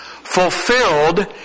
fulfilled